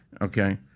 Okay